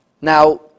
Now